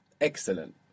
excellent